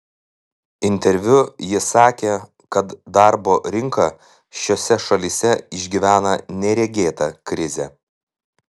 interviu ji sakė kad darbo rinka šiose šalyse išgyvena neregėtą krizę